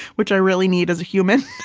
which i really need as a human